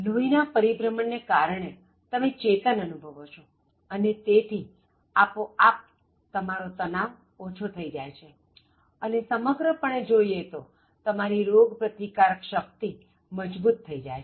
લોહી ના પરિભ્રમણ ને કારણે તમે ચેતન અનુભવો છો અને તેથી આપોઆપ તમારો તનાવ ઓછો થઈ જાય છે અને સમગ્રપણે જોઇએ તો તમારી રોગપ્રતિકારક શક્તિ મજબુત થઇ જાય છે